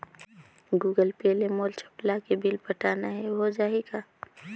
Google Pay ले मोल चपला के बिल पटाना हे, हो जाही का?